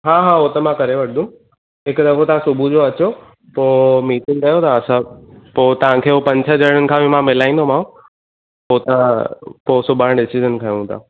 हा हा हो त मां करे वठंदुमि हिकु दफ़ो तव्हां सुबुह जो अचो पोइ मीटिंग कयूं था सभु पोइ तव्हांखे हूं पंज छह ॼणनि खां बि मां मिलाईंदोमांव पोइ तव्हां पोइ सुभाणे डिसीजन खणूं था